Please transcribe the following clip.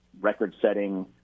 record-setting